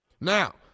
Now